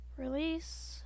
Release